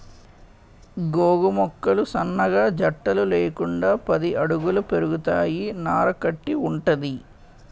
గోగు మొక్కలు సన్నగా జట్టలు లేకుండా పది అడుగుల పెరుగుతాయి నార కట్టి వుంటది